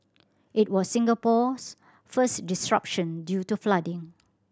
it was Singapore's first disruption due to flooding